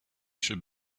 should